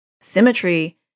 symmetry